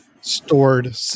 stored